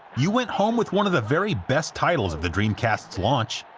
you went home with one of the very best titles of the dreamcast's launch